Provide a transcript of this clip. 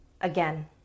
Again